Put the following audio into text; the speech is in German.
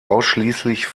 ausschließlich